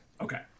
Okay